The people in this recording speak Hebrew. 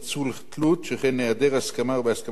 שכן בהיעדר הסכמה או בהסכמה שהושגה במרמה